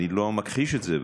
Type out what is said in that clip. אני לא מכחיש את זה,